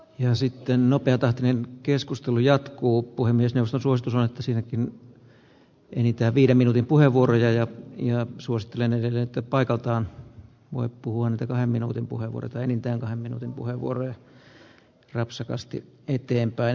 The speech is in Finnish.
ja sitten nopeatahtinen keskustelu jatkuu puhemies eussa suostutaan siinäkin enintään viiden minuutin puheenvuorojen ja suosittelen että paikaltaan huippu on etevä minuutin puhe vuodelta enintään minuutin puheenvuoroja rahansa oikein